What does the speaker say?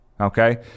okay